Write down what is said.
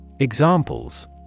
Examples